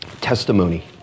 testimony